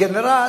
גנרל,